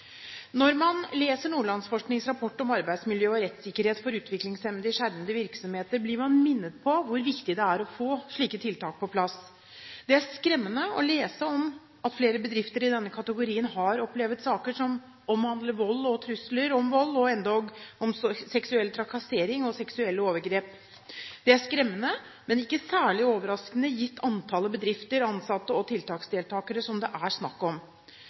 Når man leser Nordlandsforsknings rapport om arbeidsmiljø og rettssikkerhet for utviklingshemmede i skjermede virksomheter, blir man minnet om hvor viktig det er å få slike tiltak på plass. Det er skremmende å lese om at flere bedrifter i denne kategorien har opplevd saker som omhandler vold og trusler om vold – endog seksuell trakassering og seksuelle overgrep. Det er skremmende, men ikke særlig overraskende, gitt antallet bedrifter, ansatte og tiltaksdeltakere det er snakk om.